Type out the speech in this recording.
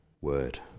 word